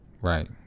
Right